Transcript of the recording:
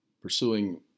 pursuing